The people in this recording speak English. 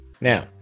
Now